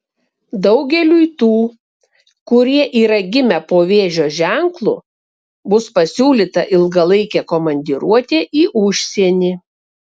daugeliui tų kurie yra gimę po vėžio ženklu bus pasiūlyta ilgalaikė komandiruotė į užsienį